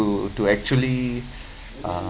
to actually uh